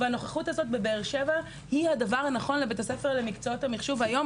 הנוכחות הזאת בבאר שבע היא הדבר הנכון לבית הספר למקצועות המחשוב היום,